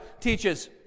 teaches